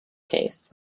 case